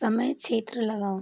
समय क्षेत्र लगाओ